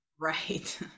Right